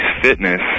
fitness